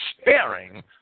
sparing